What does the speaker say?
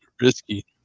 Risky